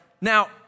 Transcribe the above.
Now